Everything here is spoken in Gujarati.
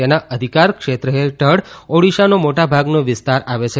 તેના અધિકાર ક્ષેત્ર હેઠળ ઓડિશાનો મોટા ભાગનો વિસ્તાર આવે છે